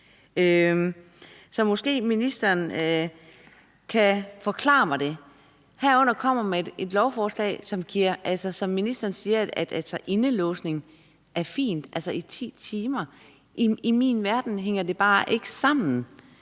Så måske kan ministeren forklare mig det. Derudover kommer man med et lovforslag, hvor ministeren siger, at indelåsning i 10 timer er fint. I min verden hænger det bare ikke sammen,